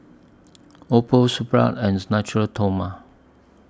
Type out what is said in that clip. Oppo Supravit and Natura Stoma